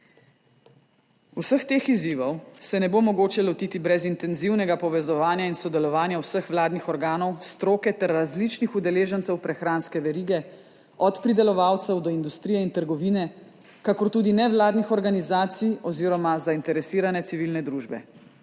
Vseh teh izzivov se ne bo mogoče lotiti brez intenzivnega povezovanja in sodelovanja vseh vladnih organov, stroke ter različnih udeležencev prehranske verige, od pridelovalcev do industrije in trgovine, kakor tudi nevladnih organizacij oziroma zainteresirane civilne družbe.